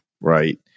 right